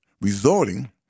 resorting